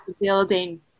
building